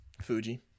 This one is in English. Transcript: Fuji